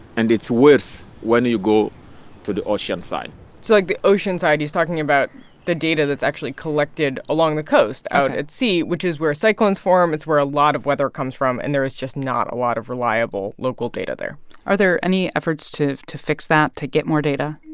and it's worse when you go to the ocean side so, like, the ocean side, he's talking about the data that's actually collected along the coast out at sea, which is where cyclones form. it's where a lot of weather comes from, and there is just not a lot of reliable local data there are there any efforts to to fix that, to get more data?